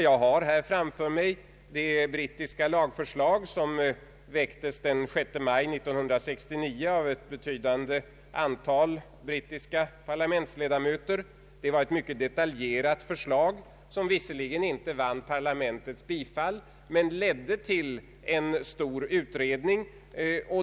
Jag har här framför mig det brittiska lagförslag som väcktes den 6 maj 1969 av ett betydande antal brittiska parlamentsledamöter. Det var ett mycket detaljerat förslag, som visserligen inte vann parlamentets bifall men ledde till en stor utredning.